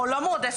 או לא מועדפת,